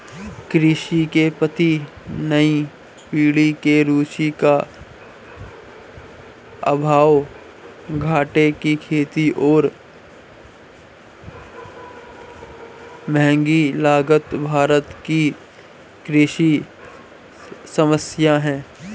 कृषि के प्रति नई पीढ़ी में रुचि का अभाव, घाटे की खेती और महँगी लागत भारत की कृषि समस्याए हैं